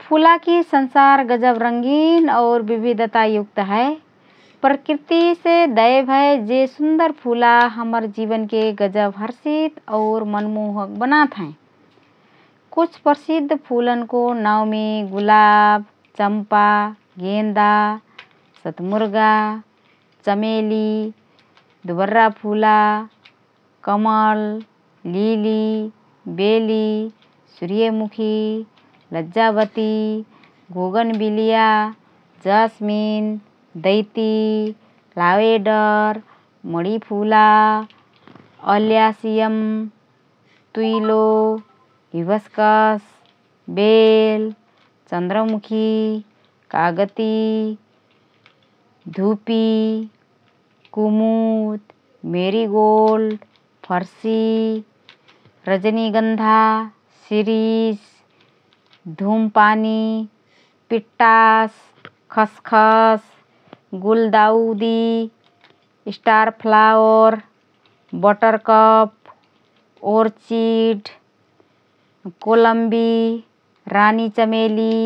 फूलाकी संसार गजब रंगीन और विविधतायुक्त हए । प्रकृतिसे दए भए जे सुन्दर फूला हमर जीवनके गजब हर्षित और मनमोहक बनात हएँ । कुछ प्रसिद्ध फूलनको नावँमे गुलाब, चम्पा, गेँदा, सत्मुर्गा, चमेली, दुबर्रा फूला, कमल, लिली, बेली, सूर्यमुखी, लज्जावती, बोगनविलिया, जास्मिन, दैती, लावेंडर, मणि फूला, अल्यसियम, तुइलो, हिबिस्कस, बेल, चन्द्रमुखी, कागती फूल, धुपी, कुमुद, मेरीगोल्ड, फर्सी, रजनीगन्धा, शिरीष, धुमपानी, पिट्टास, खसखस, गुलदाउदी, स्टारफ्लावर, बटरकप, ओरचिड, कोलम्बिन, रानीचमेली,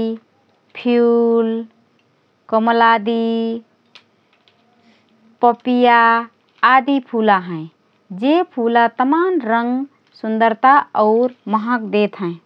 फ्यूल, कमलादि, पापीया आदि फूला हएँ । जे फूला तमान रंग सुन्दरता और महँक देत हएँ ।